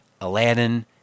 Aladdin